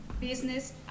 business